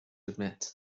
admit